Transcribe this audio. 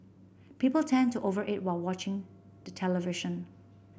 people tend to over eat while watching the television